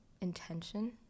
intention